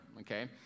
okay